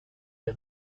der